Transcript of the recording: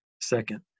second